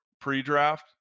pre-draft